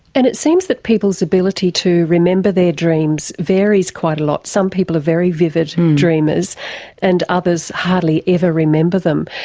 and it seems that people's ability to remember their dreams varies quite a lot. some people are very vivid dreamers and others hardly ever remember them.